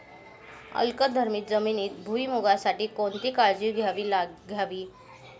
अल्कधर्मी जमिनीत भुईमूगासाठी कोणती काळजी घ्यावी?